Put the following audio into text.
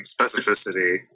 specificity